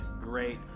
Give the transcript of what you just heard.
great